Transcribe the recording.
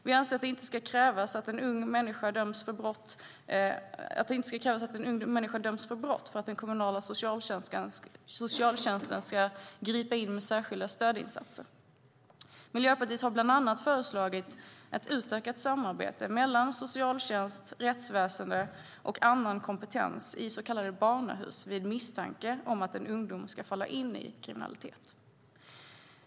Vi anser att det inte ska krävas att en ung människa döms för brott för att den kommunala socialtjänsten ska gripa in med särskilda stödinsatser. Miljöpartiet har bland annat föreslagit ett utökat samarbete mellan socialtjänst, rättsväsen och annan kompetens i så kallade barnahus vid misstanke om att en ungdom kan komma att falla in i kriminalitet.